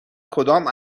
کدام